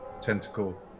tentacle